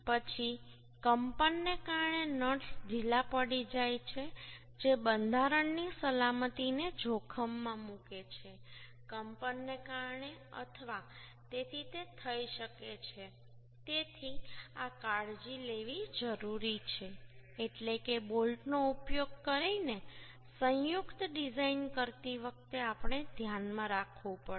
પછી કંપનને કારણે નટ્સ ઢીલા પડી જાય છે જે બંધારણની સલામતીને જોખમમાં મૂકે છે કંપનને કારણે અથવા તેથી તે થઈ શકે છે તેથી આ કાળજી લેવી જરૂરી છે એટલે કે બોલ્ટનો ઉપયોગ કરીને સંયુક્ત ડિઝાઇન કરતી વખતે આપણે ધ્યાનમાં રાખવું પડશે